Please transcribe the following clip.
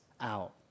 out